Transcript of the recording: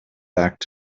back